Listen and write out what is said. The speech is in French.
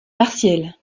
partielle